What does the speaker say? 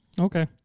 okay